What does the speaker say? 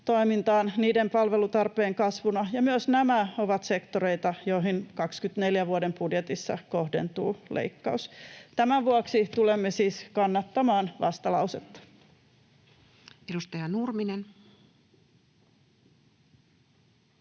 niiden palvelutarpeen kasvuna, ja myös nämä ovat sektoreita, joihin vuoden 24 budjetissa kohdentuu leikkaus. Tämän vuoksi tulemme siis kannattamaan vastalausetta. Edustaja Nurminen.